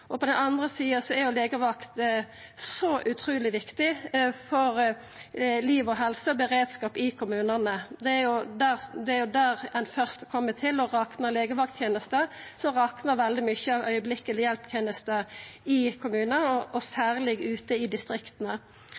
På den andre sida er legevakta så utruleg viktig for liv, helse og beredskap i kommunane. Det er der ein først kjem til, og raknar legevakttenesta, raknar veldig mykje av den akutte hjelpetenesta i kommunar – og særleg ute i distrikta.